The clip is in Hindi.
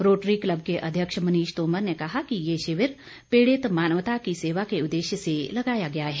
रोटरी क्लब के अध्यक्ष मनीष तोमर ने कहा कि ये शिविर पीड़ित मानवता की सेवा के उद्देश्य से लगाया गया है